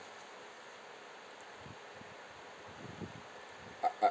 I I